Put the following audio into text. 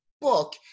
book